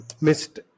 missed